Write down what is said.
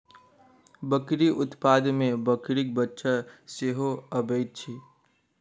बकरी उत्पाद मे बकरीक बच्चा सेहो अबैत छै